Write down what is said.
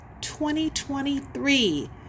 2023